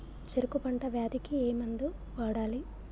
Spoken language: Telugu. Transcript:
చెరుకు పంట వ్యాధి కి ఏ మందు వాడాలి?